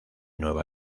nueva